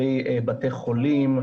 בתי חולים,